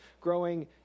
growing